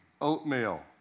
oatmeal